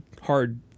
hard